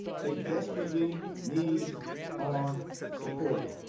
they desperately need our support.